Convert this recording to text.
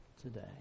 today